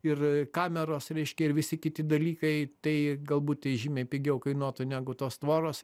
ir kameros reiškia ir visi kiti dalykai tai galbūt žymiai pigiau kainuotų negu tos tvoros